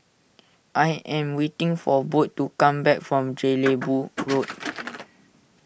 I am waiting for Bode to come back from Jelebu Road